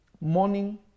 Morning